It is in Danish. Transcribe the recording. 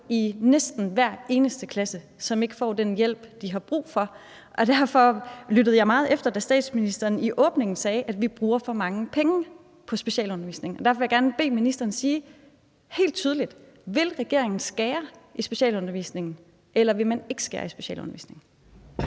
i næsten hver eneste klasse, som ikke får den hjælp, de har brug for. Derfor lyttede jeg meget efter, da statsministeren i åbningstalen sagde, at vi bruger for mange penge på specialundervisning. Derfor vil jeg gerne bede ministeren sige helt tydeligt, om regeringen vil skære i specialundervisningen, eller om man ikke vil skære i specialundervisningen.